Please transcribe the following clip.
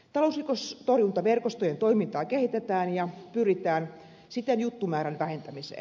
talousrikostorjuntaverkostojen toimintaa kehitetään ja pyritään siten juttumäärän vähentämiseen